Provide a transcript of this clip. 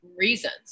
reasons